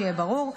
שיהיה ברור.